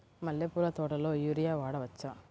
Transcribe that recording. మల్లె పూల తోటలో యూరియా వాడవచ్చా?